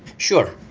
sure.